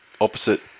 opposite